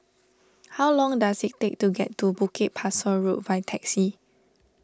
how long does it take to get to Bukit Pasoh Road by taxi